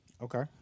Okay